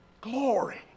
glory